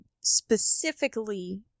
specifically